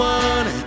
one